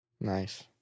Nice